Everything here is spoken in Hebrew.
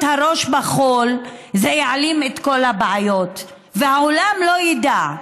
הראש בחול זה יעלים את כל הבעיות והעולם לא ידע,